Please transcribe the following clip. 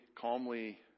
calmly